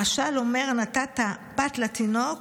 המשל אומר: נתת פת לתינוק,